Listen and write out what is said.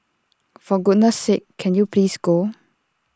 for goodness sake can you please go